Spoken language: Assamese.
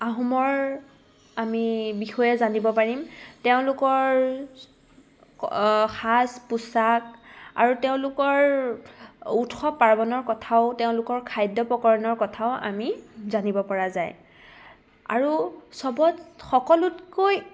আহোমৰ আমি বিষয়ে জানিব পাৰিম তেওঁলোকৰ সাজ পোচাক আৰু তেওঁলোকৰ উৎসৱ পাৰ্বণৰ কথাও তেওঁলোকৰ খাদ্য প্ৰকৰণৰ কথাও আমি জানিব পৰা যায় আৰু চবত সকলোতকৈ